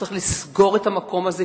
צריך לסגור את המקום הזה,